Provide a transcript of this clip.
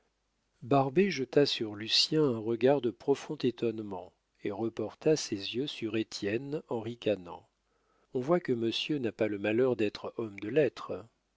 barbet jeta sur lucien un regard de profond étonnement et reporta ses yeux sur étienne en ricanant on voit que monsieur n'a pas le malheur d'être homme de lettres